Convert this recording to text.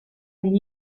gli